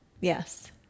yes